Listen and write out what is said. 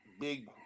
big